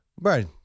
Right